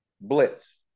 blitz